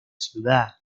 ciudad